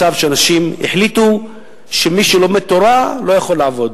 מצב שבו אנשים החליטו שמי שלומד תורה לא יכול לעבוד.